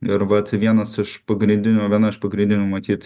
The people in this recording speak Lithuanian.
ir vat vienas iš pagrindinių viena iš pagrindinių matyt